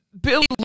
Billy